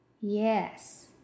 Yes